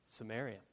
Samaria